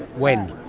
when?